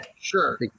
Sure